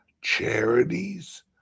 charities